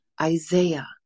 isaiah